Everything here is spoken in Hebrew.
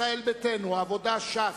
ישראל ביתנו, העבודה, ש"ס,